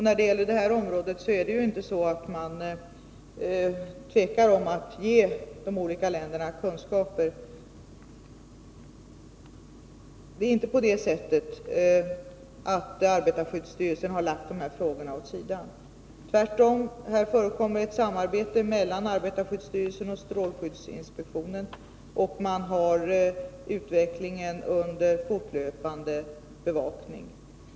När det gäller detta område tvekar man inte om att delge andra länder sina kunskaper. Arbetarskyddsstyrelsen har inte lagt dessa frågor åt sidan. Tvärtom förekommer här ett samarbete mellan arbetarskyddsstyrelsen och strålskyddsinspektionen. Man har utvecklingen under fortlöpande bevakning.